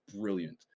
brilliant